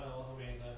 oh my god